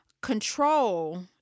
control